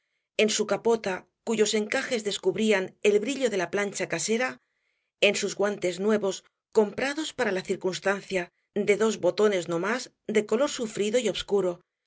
en su capota cuyos encajes descubrían el brillo de la plancha casera en sus guantes nuevos comprados para la circunstancia de dos botones no más de color sufrido y obscuro